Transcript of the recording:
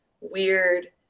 weird